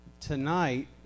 tonight